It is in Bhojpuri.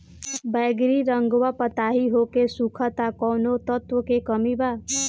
बैगरी रंगवा पतयी होके सुखता कौवने तत्व के कमी बा?